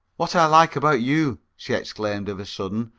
what i like about you she exclaimed of a sudden,